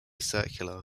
circular